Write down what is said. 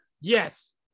Yes